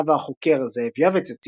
הרב והחוקר זאב יעבץ הציע,